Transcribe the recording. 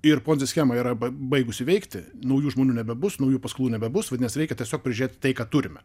ir ponzi schema yra baigusi veikti naujų žmonių nebebus naujų paskolų nebebus vadinasi reikia tiesiog prižiūrėti tai ką turime